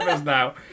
now